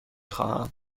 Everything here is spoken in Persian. خواهم